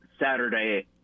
Saturday